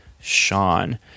sean